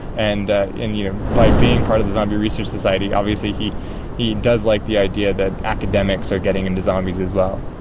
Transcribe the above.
and by you know by being part of the zombie research society, obviously he he does like the idea that academics are getting into zombies as well.